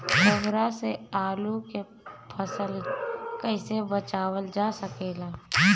कोहरा से आलू के फसल कईसे बचावल जा सकेला?